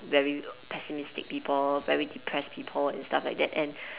very pessimistic people very depressed people and stuff like that and